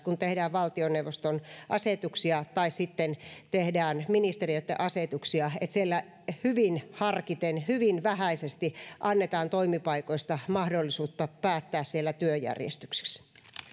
kun tehdään valtioneuvoston asetuksia tai sitten tehdään ministeriöitten asetuksia että siellä hyvin harkiten hyvin vähäisesti annetaan toimipaikoista mahdollisuutta päättää työjärjestyksessä